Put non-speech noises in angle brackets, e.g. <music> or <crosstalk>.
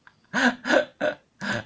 <laughs>